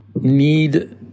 need